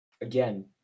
again